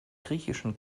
griechischen